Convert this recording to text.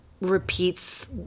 repeats